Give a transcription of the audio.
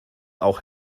auch